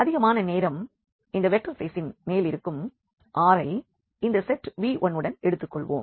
அதிகமான நேரம் இந்த வெக்டர் ஸ்பேசின் மேலிருக்கும் R ஐ இந்த செட் V1 உடன் எடுத்துக்கொள்வோம்